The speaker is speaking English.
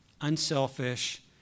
unselfish